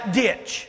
ditch